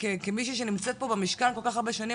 כמישהי שנמצאת פה במשכן כל כך הרבה שנים,